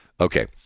Okay